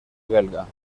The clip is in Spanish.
belga